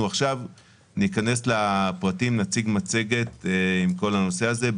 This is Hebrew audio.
עכשיו ניכנס לפרטים, נציג מצגת עם כל הנושא הזה.